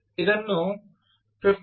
ಇದನ್ನು 15